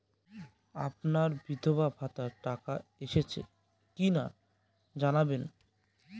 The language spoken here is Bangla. আমার বিধবাভাতার টাকা এসেছে কিনা জানাবেন?